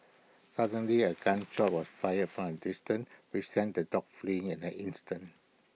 suddenly A gun shot was fired from A distance which sent the dogs fleeing in an instant